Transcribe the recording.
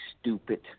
stupid